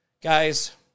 Guys